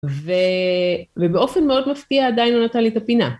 ובאופן מאוד מפתיע עדיין הוא נתן לי את הפינה.